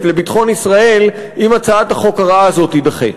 לביטחון ישראל אם הצעת החוק הרעה הזו תידחה.